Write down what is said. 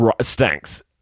stinks